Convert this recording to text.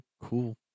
cool